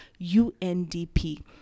UNDP